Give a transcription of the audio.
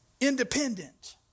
Independent